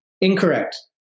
Incorrect